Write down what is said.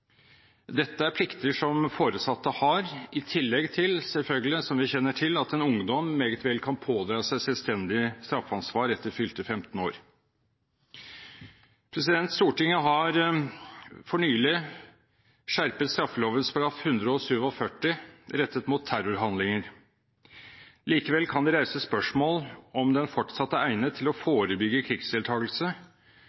Dette er plikter som foresatte har, i tillegg til selvfølgelig, som vi kjenner til, at en ungdom meget vel kan pådra seg selvstendig straffansvar etter fylte 15 år. Stortinget har nylig skjerpet straffeloven § 147 rettet mot terrorhandlinger. Likevel kan det reises spørsmål ved om den fortsatt er egnet til å